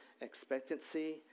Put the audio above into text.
expectancy